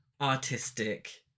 artistic